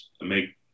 make